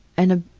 and a